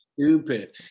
stupid